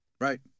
Right